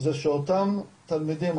זה שאותם תלמידים,